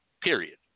period